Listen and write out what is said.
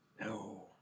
No